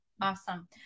awesome